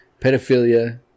pedophilia